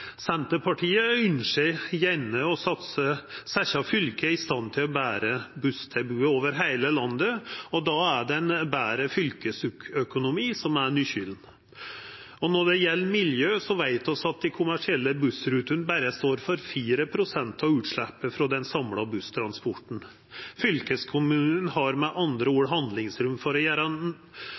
Senterpartiet ynskjer gjerne å setja fylka i stand til å bera busstilbodet over heile landet, og då er det ein betre fylkesøkonomi som er nykelen. Når det gjeld miljø, veit vi at dei kommersielle bussrutene berre står for 4 pst. av utsleppet frå den samla busstransporten. Fylkeskommunane har med andre ord handlingsrom til å gjera